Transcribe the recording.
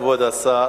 תודה לכבוד השר.